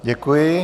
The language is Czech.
Děkuji.